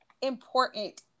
important